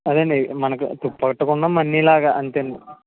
అదే అండి మనకి తుప్పట్టకుండ మన్నెలాగ అంతే